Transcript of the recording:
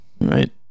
right